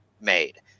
made